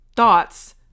Thoughts